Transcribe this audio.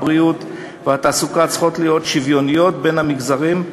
הבריאות והתעסוקה צריכות להיות שוויוניות בכל המגזרים,